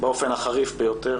באופן החריף ביותר